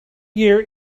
year